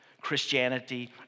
Christianity